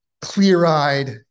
clear-eyed